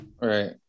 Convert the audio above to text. right